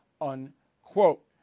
unquote